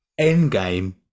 Endgame